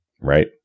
Right